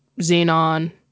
Xenon